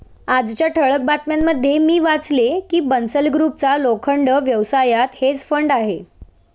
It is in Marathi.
आजच्या ठळक बातम्यांमध्ये मी वाचले की बन्सल ग्रुपचा लोखंड व्यवसायात हेज फंड आहे